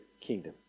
kingdom